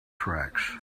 tracks